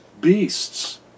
beasts